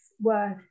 worth